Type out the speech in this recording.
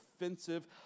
offensive